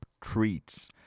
treats